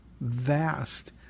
vast